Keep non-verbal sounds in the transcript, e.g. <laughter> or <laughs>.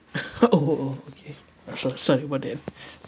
<laughs> oh oh okay so sorry about that <laughs>